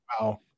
Wow